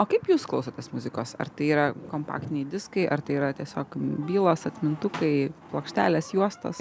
o kaip jūs klausotės muzikos ar tai yra kompaktiniai diskai ar tai yra tiesiog bylos atmintukai plokštelės juostos